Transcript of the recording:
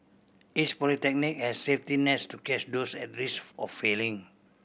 each polytechnic has safety nets to catch those at risk of failing